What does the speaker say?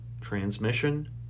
transmission